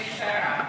מהמשטרה,